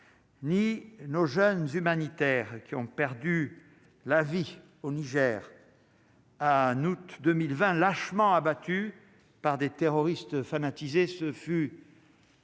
ni nos jeunes humanitaires qui ont perdu la vie au Niger. Anne, août 2020 lâchement abattu par des terroristes fanatisés,